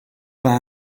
vingt